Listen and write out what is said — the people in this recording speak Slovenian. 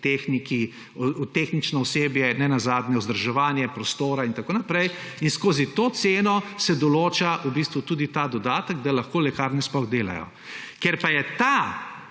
tehniki, tehnično osebje, ne nazadnje vzdrževanje prostora in tako naprej. In skozi to ceno se določa v bistvu tudi ta dodatek, da lahko lekarne sploh delajo. Ker pa je ta